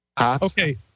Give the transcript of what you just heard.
okay